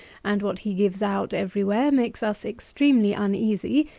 and what he gives out every where, makes us extremely uneasy,